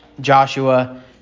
Joshua